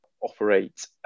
operate